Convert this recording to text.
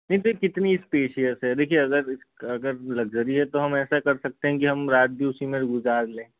नहीं सर कितनी स्पेशियस है देखिए अगर अगर लग्ज़री है तो हम ऐसा कर सकते हैं कि हम रात भी उसी में गुज़ार लें